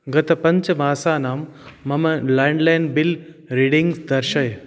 गतपञ्चमासानां मम landline bill readings दर्शय